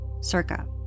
Circa